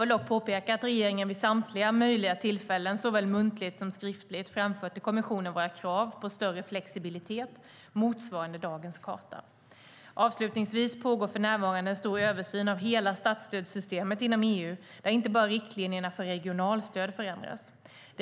Jag vill dock påpeka att regeringen vid samtliga möjliga tillfällen, såväl muntligt som skriftligt, framfört till kommissionen våra krav på större flexibilitet, motsvarande dagens karta. Avslutningsvis pågår för närvarande en stor översyn av hela statsstödssystemet inom EU där inte bara riktlinjerna för regionalstöd förändras.